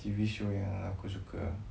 T_V show yang aku suka ah